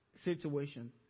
situation